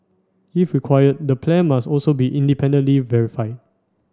if required the plan must also be independently verified